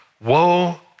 woe